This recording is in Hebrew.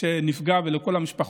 שנפגע ולכל המשפחות.